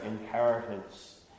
inheritance